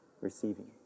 receiving